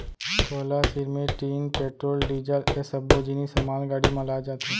कोयला, सिरमिट, tin, petrol, diesel ए सब्बो जिनिस ह मालगाड़ी म लाए जाथे